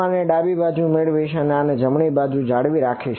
હું આને ડાબીબાજુ મેળવીશ અને આને જમણીબાજુ જાળવી રાખીશ બરાબર